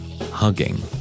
hugging